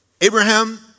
Abraham